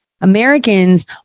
americans